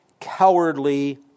cowardly